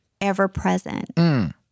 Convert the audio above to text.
ever-present